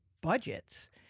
budgets